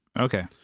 Okay